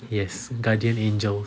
yes guardian angels